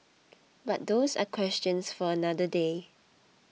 but those are questions for another day